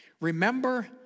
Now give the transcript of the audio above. Remember